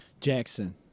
Jackson